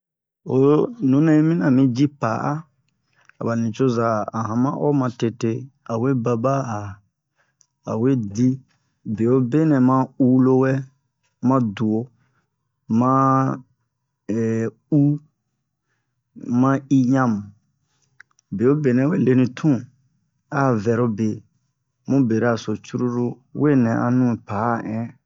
o nunɛ hi mina ami ji pa'a aba nucoza a hama'o ma tete baba a awe di beobenɛ ma u lowɛ ma duwo ma u ma igname beobe nɛ we leni tuna(a vɛrobe mu beraso cruru we nɛ pa'a in